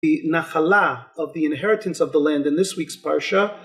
הנחלה of the inheritance of the land in this week's parasha.